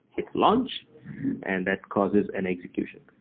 it's launched and that causes an execution.